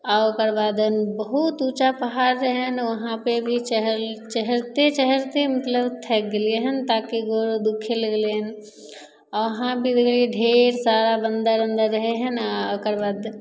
आओर ओकरबाद बहुत उँचा पहाड़ रहै हँ वहाँपर भी चढ़ि चढ़िते चढ़िते मतलब थाकि गेलिए हँ ताकि गोड़ आओर दुखै लगलै हँ आओर वहाँपर भी देखलिए ढेर सारा बन्दर उन्दर रहै हइ ने ओकरबाद